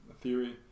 theory